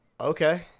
Okay